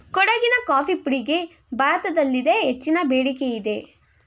ಕೊಡಗಿನ ಕಾಫಿ ಪುಡಿಗೆ ಭಾರತದಲ್ಲಿದೆ ಹೆಚ್ಚಿನ ಬೇಡಿಕೆಯಿದೆ